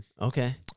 okay